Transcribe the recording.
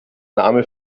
name